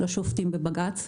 לשופטים בבג"ץ.